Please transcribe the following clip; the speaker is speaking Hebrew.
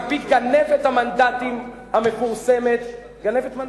מפי גנבת המנדטים המפורסמת, גנבת מנדטים,